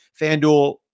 FanDuel